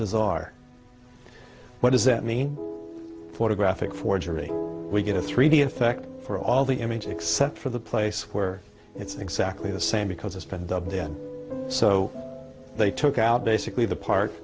bizarre what does that mean photographic forgery we get a three d effect for all the images except for the place where it's exactly the same because it's been dubbed so they took out basically the part